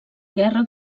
guerra